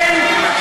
בני-אדם.